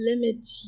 limit